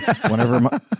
Whenever